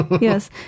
yes